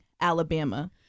Alabama